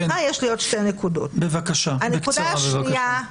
בבקשה, בקצרה בבקשה.